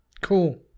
Cool